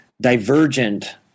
divergent